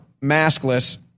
maskless